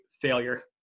failure